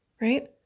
Right